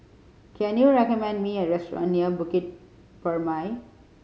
can you recommend me a restaurant near Bukit Purmei